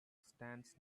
stands